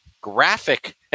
graphic